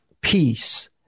peace